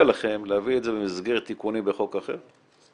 לכם להביא את זה במסגרת תיקונים בחוק אחר,